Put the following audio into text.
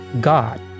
God